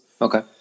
Okay